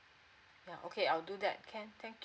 oh okay I'll do that can thank